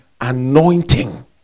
anointing